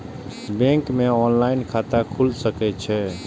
Bank में online खाता खुल सके छे?